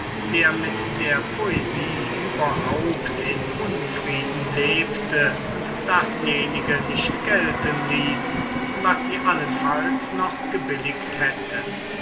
der mit der poesie überhaupt in unfrieden lebte und dasjenige nicht gelten ließ was sie allenfalls noch gebilligt hätte